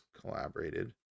collaborated